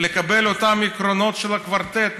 לקבל את אותם עקרונות של הקוורטט,